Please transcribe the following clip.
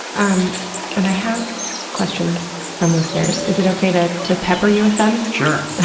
and and i have questions from listeners, is it okay to to pepper you with them? sure.